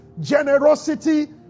Generosity